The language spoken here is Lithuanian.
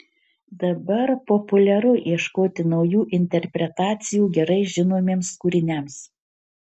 dabar populiaru ieškoti naujų interpretacijų gerai žinomiems kūriniams